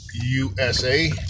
USA